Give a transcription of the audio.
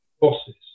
bosses